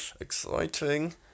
Exciting